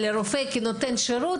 לרופא כנותן שירות,